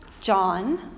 John